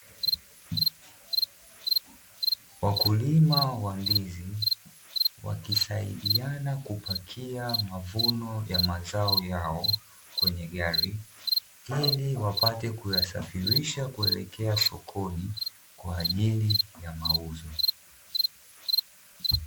Wakulima wa ndizi wakisaidiana kupakia mavuno ya mazao yao kwenye Gari, ili wapate kuyasafirisha kuelekea sokoni kwa ajili ya mauzo.